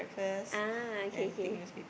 ah okay okay